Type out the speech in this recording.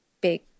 big